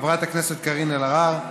חברת הכנסת קארין אלהרר,